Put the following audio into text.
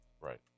Right